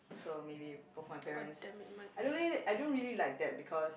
so maybe both my parents I only I don't really like that because